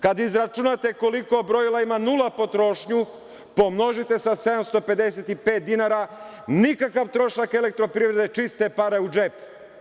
Kada izračunate koliko brojila ima nula potrošnju, pomnožite za 755 dinara, nikakav trošak „Elektroprivrede“, čiste pare u džep.